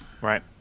Right